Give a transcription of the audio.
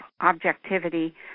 objectivity